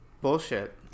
bullshit